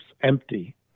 empty